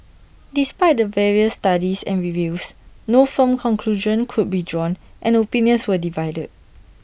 despite the various studies and reviews no firm conclusion could be drawn and opinions were divided